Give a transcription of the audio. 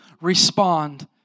respond